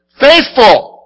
faithful